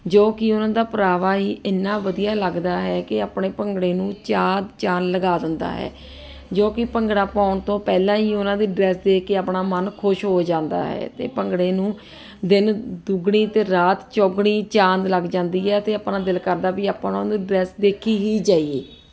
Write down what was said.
ਜੋ ਕਿ ਉਹਨਾਂ ਦਾ ਪਹਿਰਾਵਾ ਹੀ ਇੰਨਾ ਵਧੀਆ ਲੱਗਦਾ ਹੈ ਕਿ ਆਪਣੇ ਭੰਗੜੇ ਨੂੰ ਚਾਰ ਚਾਂਦ ਲਗਾ ਦਿੰਦਾ ਹੈ ਜੋ ਕਿ ਭੰਗੜਾ ਪਾਉਣ ਤੋਂ ਪਹਿਲਾਂ ਹੀ ਉਹਨਾਂ ਦੀ ਡਰੈੱਸ ਦੇਖ ਕੇ ਆਪਣਾ ਮਨ ਖੁਸ਼ ਹੋ ਜਾਂਦਾ ਹੈ ਅਤੇ ਭੰਗੜੇ ਨੂੰ ਦਿਨ ਦੁੱਗਣੀ ਅਤੇ ਰਾਤ ਚੌਗਣੀ ਚਾਂਦ ਲੱਗ ਜਾਂਦੀ ਹੈ ਅਤੇ ਆਪਣਾ ਦਿਲ ਕਰਦਾ ਵੀ ਆਪਾਂ ਉਹਨਾਂ ਦੀ ਡਰੈਸ ਦੇਖੀ ਹੀ ਜਾਈਏ